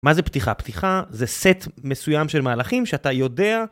מה זה פתיחה? פתיחה זה סט מסוים של מהלכים שאתה יודע.